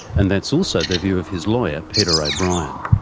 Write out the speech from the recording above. and that's also the view of his lawyer, peter o'brien.